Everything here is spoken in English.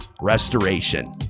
Restoration